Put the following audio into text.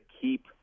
keep